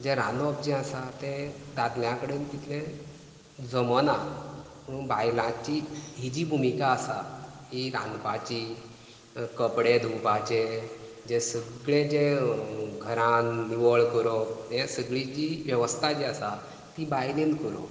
जें रांदप जें आसा तें दादल्यां कडेन तितलें जमना पूण बायलांची ही जी भुमीका आसा ही रांदपाची कपडे धुंवपाचे जे सगळें जें घरांत निवळ करप हे सगळीं जी वेवस्था जी आसा ती बायलेन करप